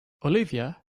olivia